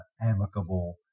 amicable